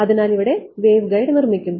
അതിനാൽ ഇവിടെ waveguide നിർമ്മിക്കുന്നു